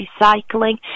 recycling